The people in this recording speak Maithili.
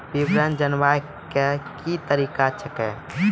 विवरण जानवाक की तरीका अछि?